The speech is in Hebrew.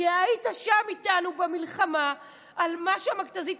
כי היית שם איתנו במלחמה על מה שהמכת"זית